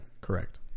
correct